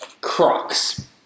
Crocs